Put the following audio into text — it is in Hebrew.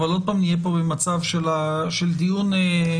אבל עוד פעם נהיה פה במצב של דיון רטרואקטיבי